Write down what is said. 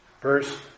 Verse